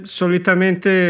solitamente